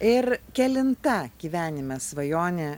ir kelinta gyvenime svajonė